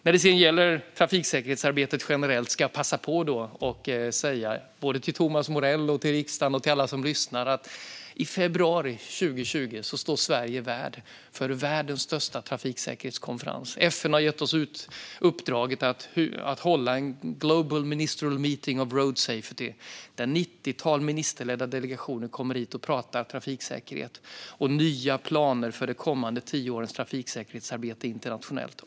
När det gäller trafiksäkerhetsarbetet generellt ska jag passa på att säga till Thomas Morell, till riksdagen och till alla som lyssnar att i februari 2020 står Sverige värd för världens största trafiksäkerhetskonferens. FN har gett oss uppdraget att hålla Global Ministerial Conference on Road Safety. Ett nittiotal ministerledda delegationer kommer hit och pratar om trafiksäkerhet och nya planer för de kommande tio årens trafiksäkerhetsarbete internationellt.